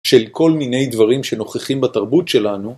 של כל מיני דברים שנוכחים בתרבות שלנו